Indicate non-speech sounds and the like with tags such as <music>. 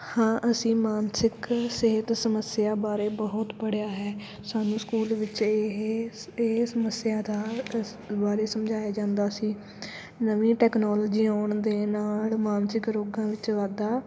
ਹਾਂ ਅਸੀਂ ਮਾਨਸਿਕ ਸਿਹਤ ਸਮੱਸਿਆ ਬਾਰੇ ਬਹੁਤ ਪੜ੍ਹਿਆ ਹੈ ਸਾਨੂੰ ਸਕੂਲ ਵਿੱਚ ਇਹ ਸ ਇਹ ਸਮੱਸਿਆ ਦਾ <unintelligible> ਬਾਰੇ ਸਮਝਾਇਆ ਜਾਂਦਾ ਸੀ ਨਵੀਂ ਟੈਕਨੋਲੋਜੀ ਆਉਣ ਦੇ ਨਾਲ ਮਾਨਸਿਕ ਰੋਗਾਂ ਵਿੱਚ ਵਾਧਾ